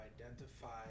identify